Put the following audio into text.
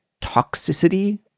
toxicity